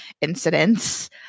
incidents